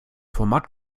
format